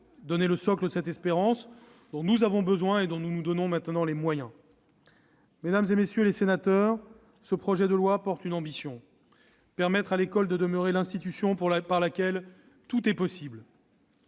donner un socle à cette espérance dont nous avons besoin et dont nous nous donnons maintenant les moyens. Mesdames, messieurs les sénateurs, ce projet de loi porte une ambition : permettre à l'école de demeurer l'institution par laquelle tout est possible.